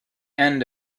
end